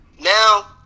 Now